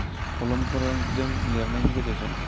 खोलोमफोरजों लिरनायनि गेजेरजों